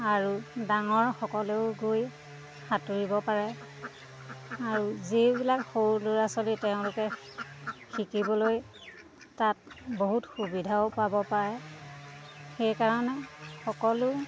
আৰু ডাঙৰ সকলো গৈ সাঁতুৰিব পাৰে আৰু যিবিলাক সৰু ল'ৰা ছোৱালী তেওঁলোকে শিকিবলৈ তাত বহুত সুবিধাও পাব পাৰে সেইকাৰণে সকলো